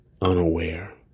Unaware